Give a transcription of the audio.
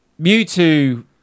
Mewtwo